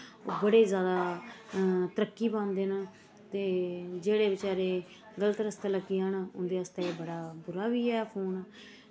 बड़े जादा तरक्की पांदे न ते जेह्ड़े बचारे गल्त रस्तै लग्गी जान उंदै आस्तै बड़ा बुरा बी है फोन